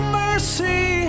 mercy